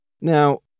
Now